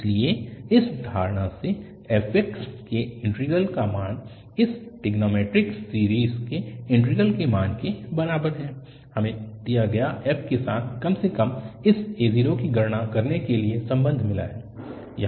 इसलिए इस धारणा से f के इंटीग्रल का मान इस ट्रिग्नोंमैट्रिक सीरीज़ के इंटीग्रल के मान के बराबर है हमें दिए गए f के साथ कम से कम इस a0 की गणना करने के लिए संबंध मिला है